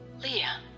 Leah